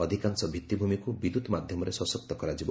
ଅଧିକାଂଶ ଭିଭିଭ୍ମିକୁ ବିଦ୍ୟୁତ୍ ମାଧ୍ୟମରେ ସଶକ୍ତ କରାଯିବ